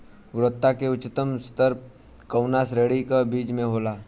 गुणवत्ता क उच्चतम स्तर कउना श्रेणी क बीज मे होला?